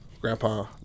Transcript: Grandpa